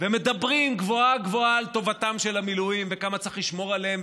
ומדברים גבוהה-גבוהה על טובתם של המילואים וכמה צריך לשמור עליהם,